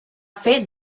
fer